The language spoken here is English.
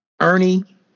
Ernie